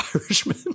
Irishman